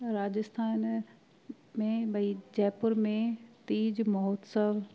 राजस्थान में भई जयपुर में तीज महोत्सव